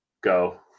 go